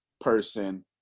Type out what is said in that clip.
person